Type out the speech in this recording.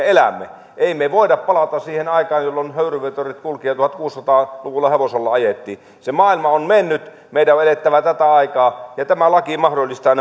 elämme emme me voi palata siihen aikaan jolloin höyryveturit kulkivat ja tuhatkuusisataa luvulla hevosella ajettiin se maailma on mennyt meidän on elettävä tätä aikaa ja tämä laki mahdollistaa